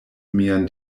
mian